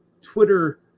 Twitter